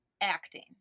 acting